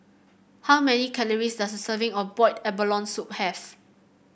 how many calories does a serving of Boiled Abalone Soup have